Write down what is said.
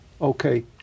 okay